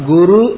Guru